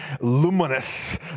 luminous